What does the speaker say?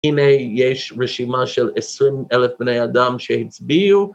הנה יש רשימה של עשרים אלף בני אדם שהצביעו